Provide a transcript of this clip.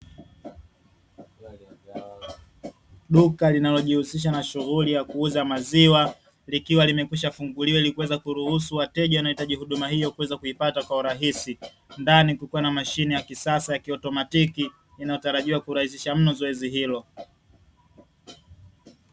Duka linalojihusisha na shughuli ya kuuza maziwa likiwa limekwishafunguliwa, ili kuweza kuruhusu wateja wanaohitaji huduma hiyo kuweza kuipata kwa urahisi. Ndani kukiwa na mashine ya kisasa ya kiautomatiki inayotarajiwa kurahisisha mno zoezi hilo.